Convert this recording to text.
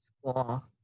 school